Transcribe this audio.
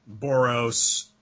Boros